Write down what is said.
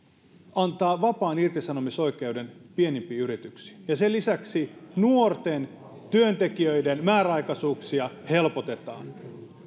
antaa vapaan irtisanomisoikeuden pienimpiin yrityksiin ja sen lisäksi nuorten työntekijöiden määräaikaisuuksia helpotetaan